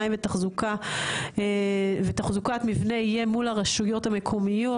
מים ותחזוקת מבנה יהיה מול הרשויות המקומיות.